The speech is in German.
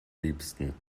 liebsten